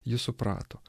jis suprato